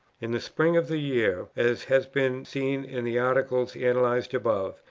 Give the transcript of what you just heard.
in the spring of the year, as has been seen in the article analyzed above,